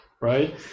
right